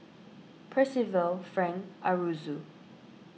Percival Frank Aroozoo